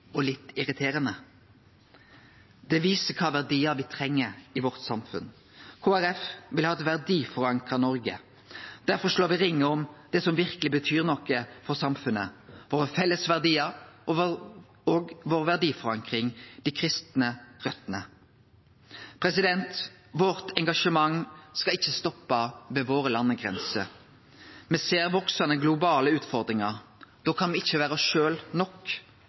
og litt irriterande. Dette viser kva verdiar me treng i samfunnet vårt. Kristeleg Folkeparti vil ha eit verdiforankra Noreg. Derfor slår me ring om det som verkeleg betyr noko for samfunnet: dei felles verdiane våre og verdiforankringa vår, dei kristne røtene. Engasjementet vårt skal ikkje stoppe ved landegrensene våre. Me ser veksande globale utfordringar. Da kan me ikkje vere oss sjølve nok.